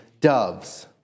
doves